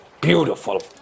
Beautiful